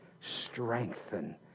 strengthen